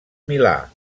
milà